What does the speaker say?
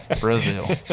Brazil